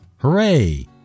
Hooray